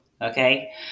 okay